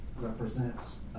represents